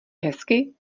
hezky